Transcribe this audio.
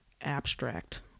abstract